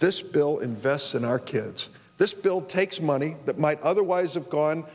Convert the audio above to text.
this bill invests in our kids this bill takes money that might otherwise have gone